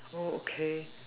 okay